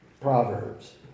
Proverbs